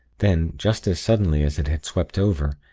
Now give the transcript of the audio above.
then, just as suddenly as it had swept over,